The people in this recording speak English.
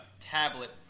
tablet